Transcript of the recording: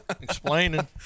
Explaining